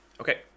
Okay